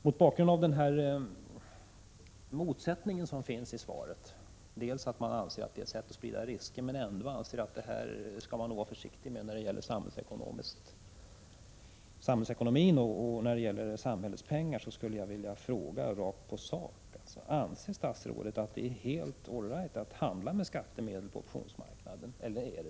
Mot bakgrund av denna m tsättning som finns i svaret där man alltså anser dels att detta är ett sätt att sprida risker, dels att man nog skall vara försiktig när det gäller samhällets pengar, så skulle jag vilja fråga rakt på sak: Anser statsrådet att det är helt i sin ordning att handla med skattemedel på optionsmarknaden?